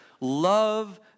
Love